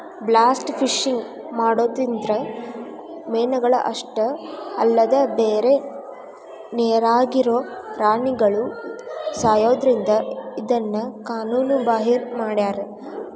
blast fishing ಮಾಡೋದ್ರಿಂದ ಮೇನಗಳ ಅಷ್ಟ ಅಲ್ಲದ ಬ್ಯಾರೆ ನೇರಾಗಿರೋ ಪ್ರಾಣಿಗಳು ಸಾಯೋದ್ರಿಂದ ಇದನ್ನ ಕಾನೂನು ಬಾಹಿರ ಮಾಡ್ಯಾರ